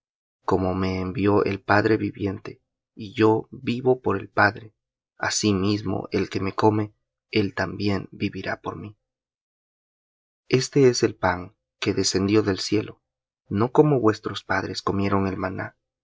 como me envió el padre viviente y yo vivo por el padre asimismo el que me come él también vivirá por mí este es el pan que descendió del cielo no como vuestros padres comieron el maná